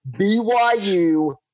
BYU